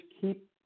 keep